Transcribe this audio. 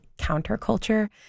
counterculture